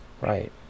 Right